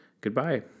Goodbye